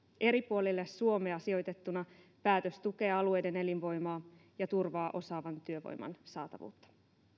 eri puolille suomea sijoitettuna päätös tukee alueiden elinvoimaa ja turvaa osaavan työvoiman saatavuutta